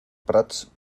prats